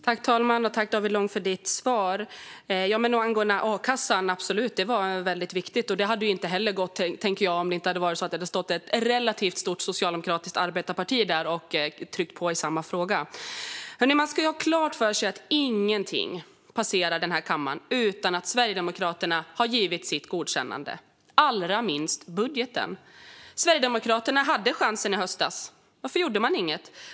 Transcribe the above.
Herr talman! Tack, David Lång, för ditt svar! Det var absolut viktigt med a-kassan, men det hade inte gått om det inte hade stått ett relativt stort socialdemokratiskt arbetarparti där och tryckt på i samma fråga. Man ska ha klart för sig att ingenting passerar denna kammare utan att Sverigedemokraterna har givit sitt godkännande, allra minst budgeten. Sverigedemokraterna hade chansen i höstas. Varför gjorde man ingenting?